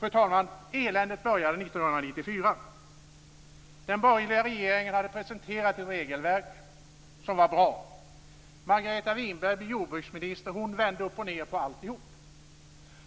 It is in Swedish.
Fru talman! Eländet började 1994. Den borgerliga regeringen hade presenterat ett regelverk som var bra. Margareta Winberg blev jordbruksminister och vände upp och ned på alltihop.